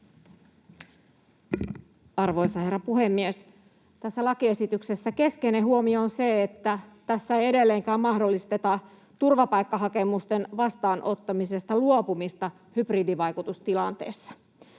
Arvoisa herra puhemies! Tässä lakiesityksessä keskeinen huomio on se, että tässä ei edelleenkään mahdollisteta turvapaikkahakemusten vastaanottamisesta luopumista hybridivaikutustilanteessa.